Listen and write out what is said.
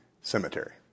cemetery